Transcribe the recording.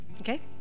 okay